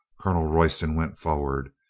colonel royston went forward.